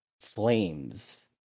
flames